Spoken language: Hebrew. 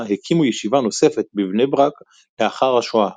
הקימו ישיבה נוספת בבני ברק לאחר השואה,